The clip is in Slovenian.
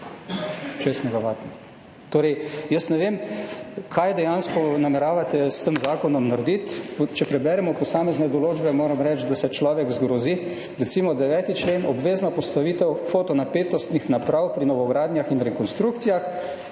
šestmegavatno. Jaz ne vem, kaj dejansko nameravate narediti s tem zakonom. Če preberemo posamezne določbe, moram reči, da se človek zgrozi. Recimo 9. člen, obvezna postavitev fotonapetostnih naprav pri novogradnjah in rekonstrukcijah.